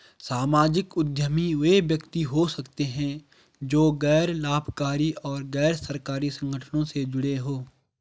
सामाजिक उद्यमी वे व्यक्ति हो सकते हैं जो गैर लाभकारी और गैर सरकारी संगठनों से जुड़े हों